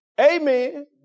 Amen